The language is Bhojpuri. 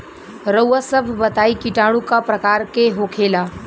रउआ सभ बताई किटाणु क प्रकार के होखेला?